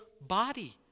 body